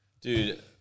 Dude